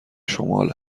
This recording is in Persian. شمال